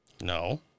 No